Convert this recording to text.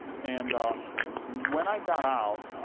and when i got out,